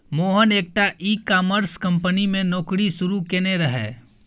मोहन एकटा e commerce company मे नौकरी शुरू केने रहय